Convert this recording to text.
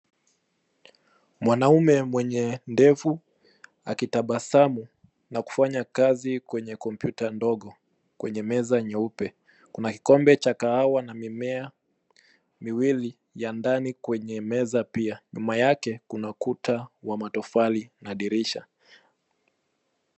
Mwanaume mwenye ndevu akitabasamu na kufanya kazi kwenye kompyuta ndogo kwenye meza nyeupe. Kuna kikombe cha kahawa na mimea miwili ya ndani kwenye meza pia. Nyuma yake kuna kuta wa matofali na dirisha.